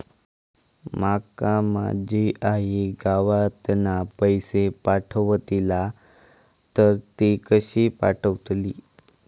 माका माझी आई गावातना पैसे पाठवतीला तर ती कशी पाठवतली?